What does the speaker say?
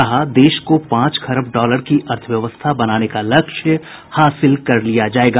कहा देश को पांच खरब डॉलर की अर्थव्यवस्था बनाने का लक्ष्य हासिल कर लिया जाएगा